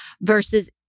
versus